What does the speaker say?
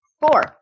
Four